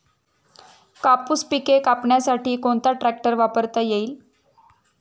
कापूस पिके कापण्यासाठी कोणता ट्रॅक्टर वापरता येईल?